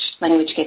language